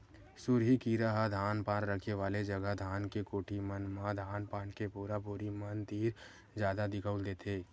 सुरही कीरा ह धान पान रखे वाले जगा धान के कोठी मन म धान पान के बोरा बोरी मन तीर जादा दिखउल देथे